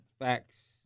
Facts